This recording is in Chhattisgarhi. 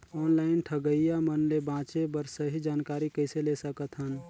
ऑनलाइन ठगईया मन ले बांचें बर सही जानकारी कइसे ले सकत हन?